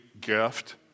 gift